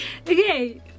Okay